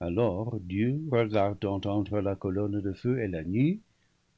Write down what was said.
alors dieu regardant entre la colonne de feu et la nue